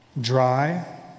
dry